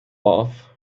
off